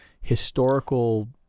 historical